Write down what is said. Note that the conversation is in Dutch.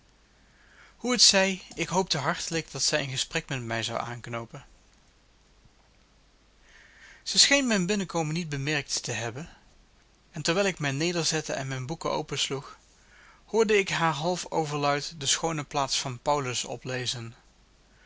hoe het zij ik hoopte hartelijk dat zij een gesprek met mij zou aanknoopen zij scheen mijn binnenkomen niet bemerkt te hebben en terwijl ik mij nederzette en mijne boeken opensloeg hoorde ik haar half overluid de schoone plaats van paulus oplezen